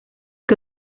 que